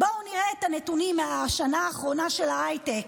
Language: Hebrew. בואו נראה את הנתונים מהשנה האחרונה של ההייטק: